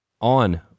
on